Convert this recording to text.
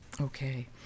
Okay